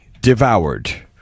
devoured